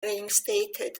reinstated